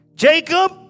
Jacob